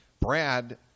Brad